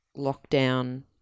lockdown